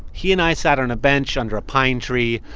he and i sat on a bench under a pine tree,